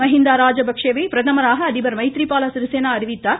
மகீந்த ராஜபக்டேவை பிரதமராக அதிபர் மைத்ரி பால சிறிசேனா அறிவித்தார்